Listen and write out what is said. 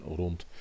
rond